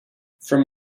from